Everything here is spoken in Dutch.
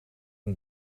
een